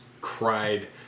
cried